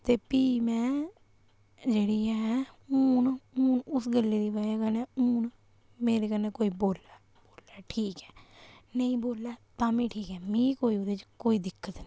ते फ्ही में जेह्ड़ी हून हून उस गल्लै दी वजह कन्नै हून मेरे कन्नै कोई बोल्लै बोल्लै ठीक ऐ नेईं बोल्लै तां बी ठीक ऐ मी कोई ओह्दे च कोई दिक्कत नेईं ऐ